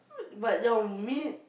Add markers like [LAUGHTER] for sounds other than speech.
[NOISE] but your meat